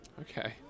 Okay